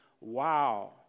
wow